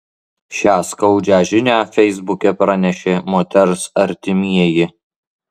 šią skaudžią žinią feisbuke pranešė moters artimieji